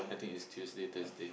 I think it's Tuesday Thursday